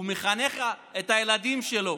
הוא מחנך את הילדים שלו